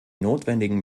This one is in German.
notwendigen